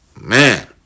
man